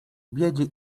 biedzie